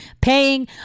Paying